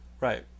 Right